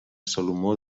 salomó